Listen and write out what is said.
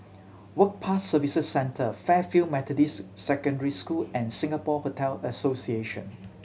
Work Pass Services Centre Fairfield Methodist Secondary School and Singapore Hotel Association